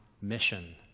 mission